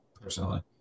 personally